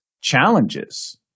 challenges